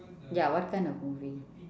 ya what kind of movie